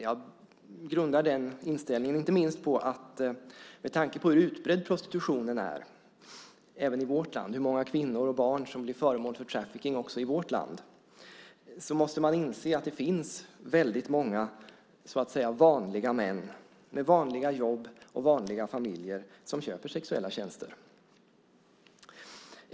Jag grundar den inställningen inte minst på att man med tanke på hur utbredd prostitutionen är även i vårt land och hur många kvinnor och barn som blir föremål för trafficking måste inse att det finns många så att säga vanliga män med vanliga jobb och vanliga familjer som köper sexuella tjänster.